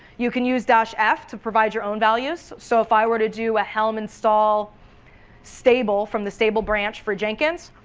you can use f to provide your own values, so if i were to do a helm install stable from the stable branch for jenkins,